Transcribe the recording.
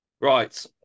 Right